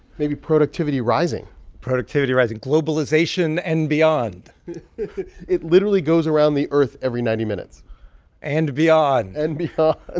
maybe productivity rising productivity rising. globalization and beyond it literally goes around the earth every ninety minutes and beyond and beyond ah